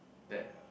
that